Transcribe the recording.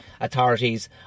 authorities